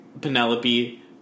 Penelope